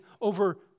over